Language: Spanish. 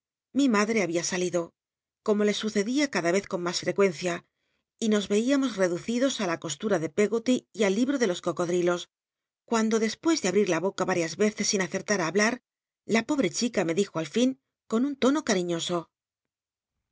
mi madre había salido como l l sucedía cada vez con mas frccucncia y nos r eíamos reducidos ti la costura de peggot y y al libro de los cocodl'ilos cuando despues de abrit la boca vatias veces sin acctlar á hablar la pobre chica me dijo al fln con un tono catiiíoso